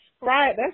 Right